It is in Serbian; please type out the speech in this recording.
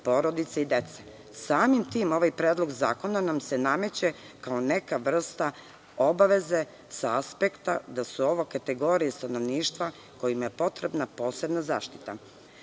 dece. Samim tim ovaj predlog zakona nam se nameće kao neka vrsta obaveze sa aspekta da su ovo kategorije stanovništva kojima je potrebna posebna zaštita. Prema